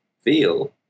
feel